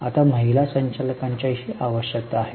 आता महिला संचालकांचीही आवश्यकता आहे